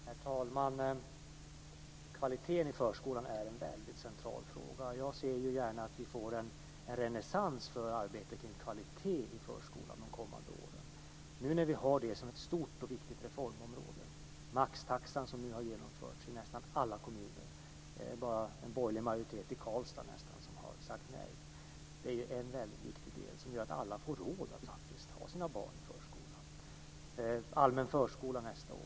Herr talman! Kvaliteten i förskolan är en väldigt central fråga. Jag ser gärna att vi under de kommande åren får en renässans för arbete kring kvalitet i förskolan eftersom vi nu har detta som ett stort och viktigt reformområde. Maxtaxan har nu genomförts i nästan alla kommuner. Det är nästan bara en borgerlig majoritet i Karlstad som har sagt nej. Maxtaxan är en väldigt viktig del som gör att alla får råd att faktiskt ha sina barn i förskolan - allmän förskola nästa år.